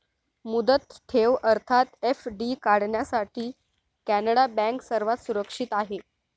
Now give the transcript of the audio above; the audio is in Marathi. मुदत ठेव अर्थात एफ.डी काढण्यासाठी कॅनडा बँक सर्वात सुरक्षित आहे